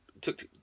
Took